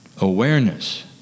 Awareness